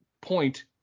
point